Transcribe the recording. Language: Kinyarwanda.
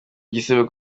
igisebo